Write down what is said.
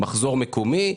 מחזור מקומי,